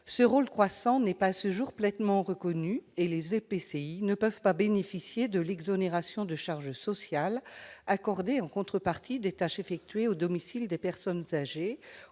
ce rôle croissant n'est pas à ce jour pleinement reconnu, et les EPCI ne peuvent pas bénéficier de l'exonération de charges sociales accordée en contrepartie des tâches effectuées au domicile des personnes âgées